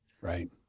right